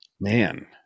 man